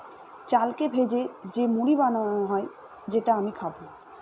চালকে ভেজে যে মুড়ি বানানো হয় যেটা আমি খাবো